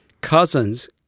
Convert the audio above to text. Cousins